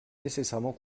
nécessairement